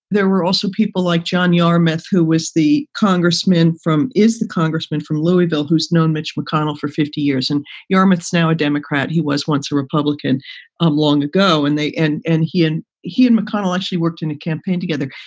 there were also people like john yarmuth, who was the congressman from. is the congressman from louisville who's known mitch mcconnell for fifty years, and yarmuth, now a democrat. he was once a republican um long ago. and they and he and he and mcconnell actually worked in a campaign together.